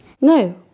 No